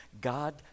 God